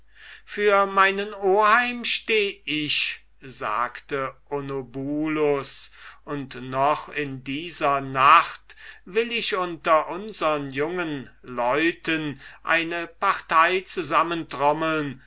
für meinen oheim steh ich sagte onobulus und noch in dieser nacht will ich unter unsern jungen leuten eine partei zusammentrommeln